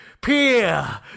Peer